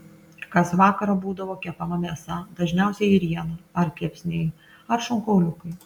kas vakarą būdavo kepama mėsa dažniausiai ėriena ar kepsniai ar šonkauliukai